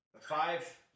five